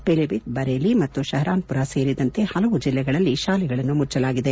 ಪಿಲಿಭಿತ್ ಬರೇಲಿ ಮತ್ತು ಶಹರಾನ್ಪುರ ಸೇರಿದಂತೆ ಹಲವು ಜಿಲ್ಲೆಗಳಲ್ಲಿ ಶಾಲೆಗಳನ್ನು ಮುಚ್ಚಲಾಗಿದೆ